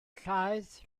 llaeth